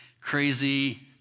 crazy